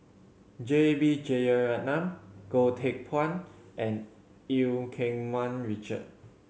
J B Jeyaretnam Goh Teck Phuan and Eu Keng Mun Richard